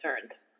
concerns